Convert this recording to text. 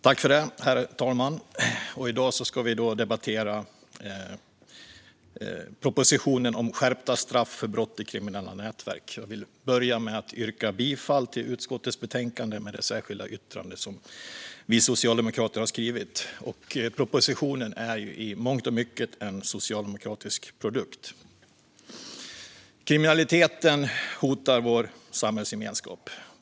Herr talman! I dag ska vi debattera propositionen om skärpta straff för brott i kriminella nätverk. Jag vill börja med att yrka bifall till utskottets förslag i betänkandet med det särskilda yttrande som vi socialdemokrater har skrivit. Propositionen är i mångt och mycket en socialdemokratisk produkt. Kriminaliteten hotar vår samhällsgemenskap.